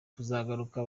kuzagaruka